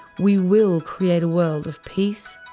we will create a world of peace,